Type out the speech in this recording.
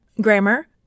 grammar